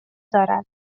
دارد